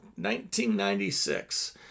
1996